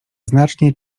znacznie